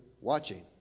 Watching